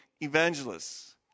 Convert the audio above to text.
evangelists